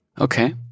Okay